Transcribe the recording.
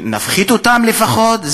נפחית אותן לפחות.